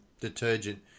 detergent